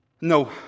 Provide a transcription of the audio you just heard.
no